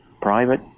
private